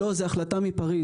הם אמרו שזו החלטה מפריז,